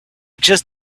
just